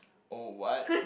oh what